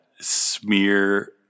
smear